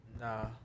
Nah